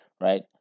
right